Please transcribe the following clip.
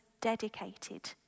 dedicated